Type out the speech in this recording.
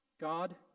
God